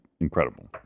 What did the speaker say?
incredible